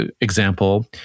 example